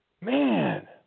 Man